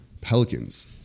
Pelicans